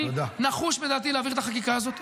אני נחוש בדעתי להעביר את החקיקה הזאת.